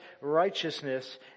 righteousness